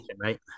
right